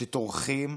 שטורחים